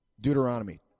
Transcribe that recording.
Deuteronomy